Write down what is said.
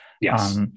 Yes